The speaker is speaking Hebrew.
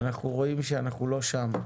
אנחנו רואים שאנחנו לא שם.